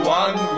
one